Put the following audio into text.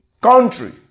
country